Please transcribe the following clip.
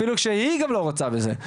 אפילו כשהיא גם לא רוצה בזה.